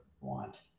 want